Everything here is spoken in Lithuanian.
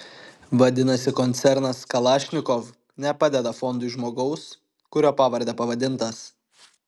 vadinasi koncernas kalašnikov nepadeda fondui žmogaus kurio pavarde pavadintas